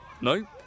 No